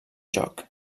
joc